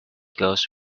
goes